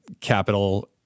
capital